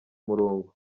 umurongo